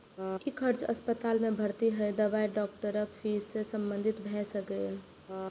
ई खर्च अस्पताल मे भर्ती होय, दवाई, डॉक्टरक फीस सं संबंधित भए सकैए